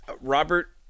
Robert